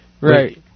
Right